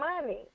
money